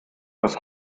was